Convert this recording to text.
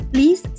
Please